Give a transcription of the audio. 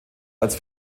als